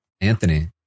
Anthony